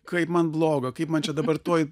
kaip man bloga kaip man čia dabar tuoj